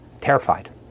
terrified